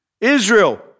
Israel